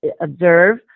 observe